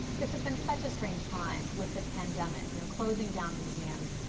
this has been such a strange time with the pandemic. you know closing down museums,